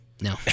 No